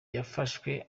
yafashwe